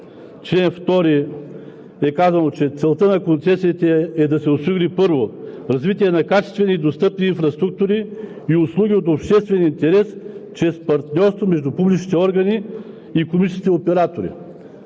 закон е казано, че целта на концесиите е да осигури: „1. развитие на качествени и достъпни инфраструктура и услуги от обществен интерес чрез партньорство между публичните органи и икономическите оператори;